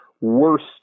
worst